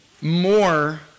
more